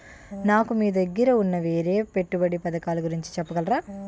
నాకు మీ దగ్గర ఉన్న వేరే పెట్టుబడి పథకాలుగురించి చెప్పగలరా?